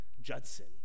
Judson